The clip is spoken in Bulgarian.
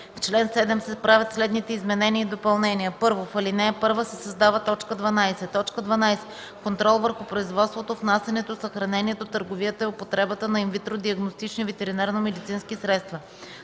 В чл. 7 се правят следните изменения и допълнения: 1. В ал. 1 се създава т. 12: „12. контрол върху производството, внасянето, съхранението, търговията и употребата на инвитро диагностични ветеринарномедицински средства.”